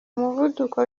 umuvuduko